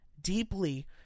deeply